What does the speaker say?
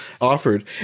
offered